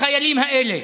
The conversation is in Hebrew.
לחיילים האלה?